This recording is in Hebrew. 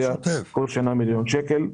כל שנה מיליון שקלים.